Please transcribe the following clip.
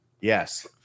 yes